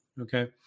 okay